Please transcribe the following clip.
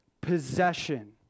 possession